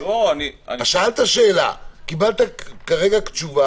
שאלת שאלה קיבלת כרגע תשובה.